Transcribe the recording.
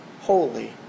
holy